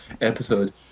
episode